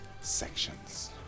Sections